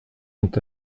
ont